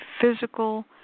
physical